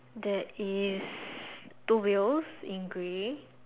there is two wheels in grey